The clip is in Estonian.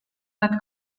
nad